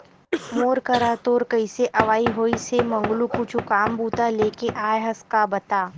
मोर करा तोर कइसे अवई होइस हे मंगलू कुछु काम बूता लेके आय हस का बता?